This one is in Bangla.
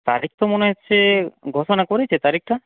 তারিখ তো মনে হচ্ছে ঘোষণা করেছে তারিখটা